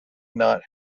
not